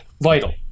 vital